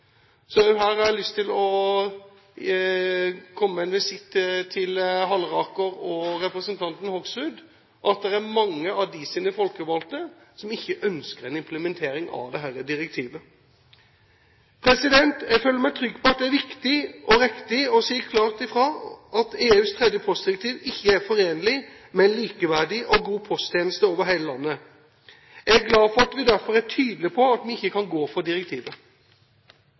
her har jeg lyst til å ta en visitt til representantene Halleraker til Hoksrud og si: Det er mange av deres folkevalgte som ikke ønsker en implementering av dette direktivet. Jeg føler meg trygg på at det er viktig og riktig å si klart ifra om at EUs tredje postdirektiv ikke er forenlig med en likeverdig og god posttjeneste over hele landet. Jeg er glad for at vi derfor er tydelige på at vi ikke kan gå for direktivet.